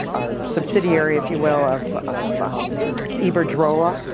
a subsidiary, if you will, of of iberdrola.